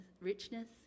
richness